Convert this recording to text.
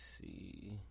see